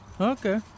Okay